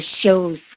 shows